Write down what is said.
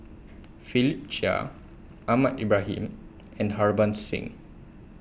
Philip Chia Ahmad Ibrahim and Harbans Singh